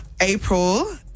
april